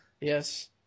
Yes